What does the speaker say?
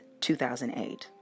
2008